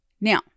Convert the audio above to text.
Now